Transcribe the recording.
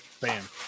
bam